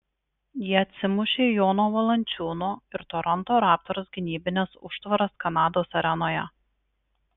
jie atsimušė į jono valančiūno ir toronto raptors gynybines užtvaras kanados arenoje